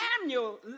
Samuel